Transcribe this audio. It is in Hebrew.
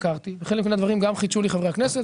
וחלק מן הדברים גם חידשו לי חברי הכנסת,